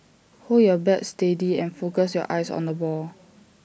hold your bat steady and focus your eyes on the ball